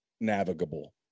navigable